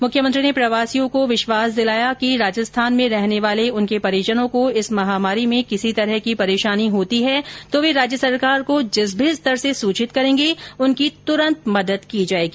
मुख्यमंत्री ने प्रवासियों को विश्वास दिलाया कि राजस्थान में रहने वाले उनके परिजनों को इस मेहामारी में किसी तरह की परेशानी होती है तो वे राज्य सरकार को जिस भी स्तर से सूचित करेंगे उनकी तूरंत मदद की जायेगी